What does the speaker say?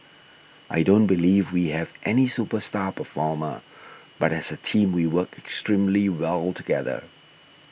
I don't believe we have any superstar performer but as a team we work extremely well together